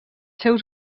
seus